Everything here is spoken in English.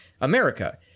America